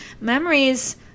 memories